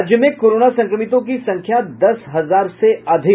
राज्य में कोरोना संक्रमितों की संख्या दस हजार से अधिक